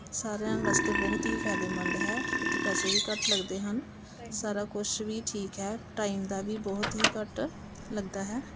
ਸਾਰਿਆਂ ਵਾਸਤੇ ਬਹੁਤ ਹੀ ਫਾਇਦੇਮੰਦ ਹੈ ਉੱਥੇ ਪੈਸੇ ਵੀ ਘੱਟ ਲੱਗਦੇ ਹਨ ਸਾਰਾ ਕੁਛ ਵੀ ਠੀਕ ਹੈ ਟਾਈਮ ਦਾ ਵੀ ਬਹੁਤ ਹੀ ਘੱਟ ਲੱਗਦਾ ਹੈ